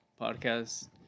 podcast